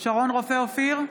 שרון רופא אופיר,